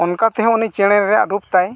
ᱚᱱᱠᱟ ᱛᱮᱦᱚᱸ ᱩᱱᱤ ᱪᱮᱬᱮ ᱨᱮᱭᱟᱜ ᱨᱩᱯᱛᱟᱭ